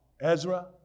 Ezra